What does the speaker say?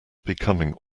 becoming